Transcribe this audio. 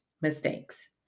mistakes